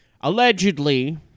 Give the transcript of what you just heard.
allegedly